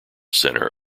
centre